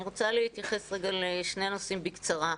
אני רוצה להתייחס לשני נושאים בקצרה.